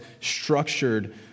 structured